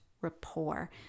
rapport